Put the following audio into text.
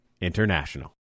International